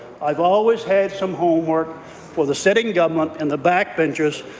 i've always had some homework for the sitting government and the backbenchers,